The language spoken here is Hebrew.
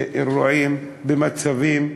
באירועים, במצבים,